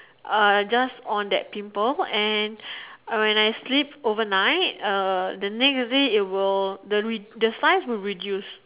uh just on that pimple and when I sleep overnight uh the next day it will the ray the size will reduce